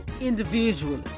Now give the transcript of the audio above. individually